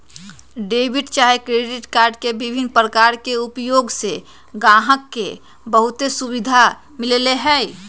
debit चाहे credit card के विभिन्न प्रकार के उपयोग से गाहक के बहुते सुभिधा मिललै ह